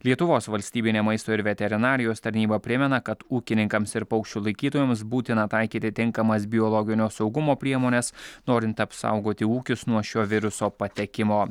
lietuvos valstybinė maisto ir veterinarijos tarnyba primena kad ūkininkams ir paukščių laikytojams būtina taikyti tinkamas biologinio saugumo priemones norint apsaugoti ūkius nuo šio viruso patekimo